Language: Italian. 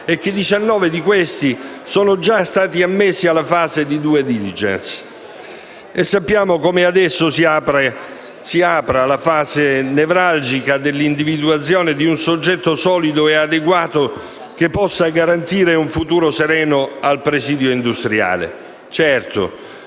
e che 19 di questi sono stati già ammessi alla fase di *due* *diligence*, e sappiamo come adesso si apra la fase nevralgica dell'individuazione di un soggetto solido e adeguato che possa garantire un futuro sereno al presidio industriale. Certo,